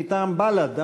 מטעם סיעת חד"ש.